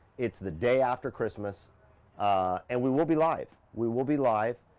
it's the day after christmas and we will be live. we will be live.